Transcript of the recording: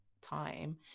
time